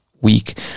week